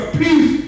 peace